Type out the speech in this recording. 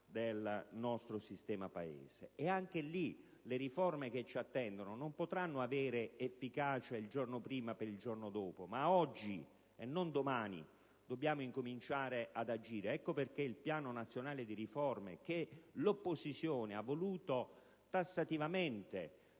del nostro sistema Paese. E le riforme che ci attendono non potranno avere efficacia il giorno prima per il giorno dopo: pertanto, oggi, e non domani, dobbiamo cominciare ad agire. Ecco perché il Piano nazionale di riforma, che l'opposizione ha voluto fosse oggetto